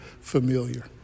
familiar